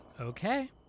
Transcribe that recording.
Okay